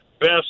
best